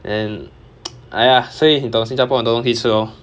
and !aiya! 所以你懂新加坡很多东西吃 lor